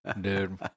Dude